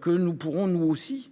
que nous pourrons nous aussi,